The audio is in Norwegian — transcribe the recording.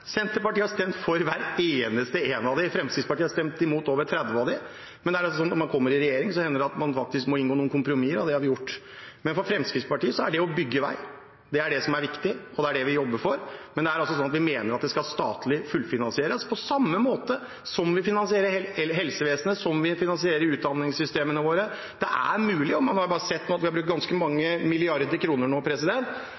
Senterpartiet har stemt for hver eneste en av dem. Fremskrittspartiet har stemt imot over 30 av dem. Når man kommer i regjering, hender det at man faktisk må inngå noen kompromisser, og det har vi gjort. For Fremskrittspartiet er det å bygge vei det som er viktig, og det er det vi jobber for. Men vi mener at det skal statlig fullfinansieres på samme måte som vi finansierer helsevesenet og utdanningssystemene våre. Det er mulig, og det er blitt brukt ganske mange milliarder kroner på tiltak som har vært bra og riktige i 2020 på grunn av koronapandemien. Det er mulig hvis det er politisk vilje, men Senterpartiet har